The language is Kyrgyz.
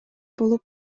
болуп